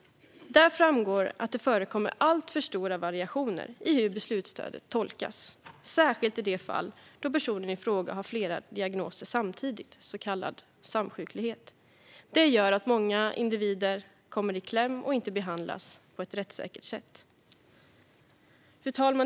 Där framgår att det förekommer alltför stora variationer i hur beslutsstödet tolkas, särskilt i de fall då personen i fråga har flera diagnoser samtidigt, så kallad samsjuklighet. Detta gör att många individer kommer i kläm och inte behandlas på ett rättssäkert sätt. Fru talman!